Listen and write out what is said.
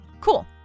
Cool